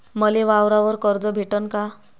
मले वावरावर कर्ज भेटन का?